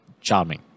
charming